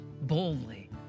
boldly